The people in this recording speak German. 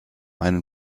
einen